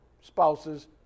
spouses